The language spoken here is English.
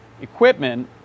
equipment